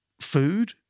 food